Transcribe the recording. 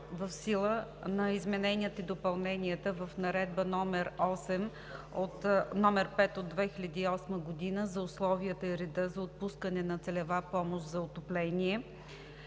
в сила на измененията и допълненията в Наредба № 5 от 2008 г. за условията и реда за отпускане на целева помощ за отопление,